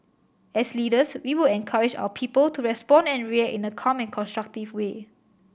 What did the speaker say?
as leaders we would encourage our people to respond and react in a calm and constructive way